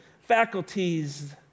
faculties